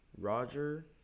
Roger